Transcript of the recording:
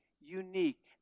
unique